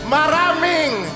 Maraming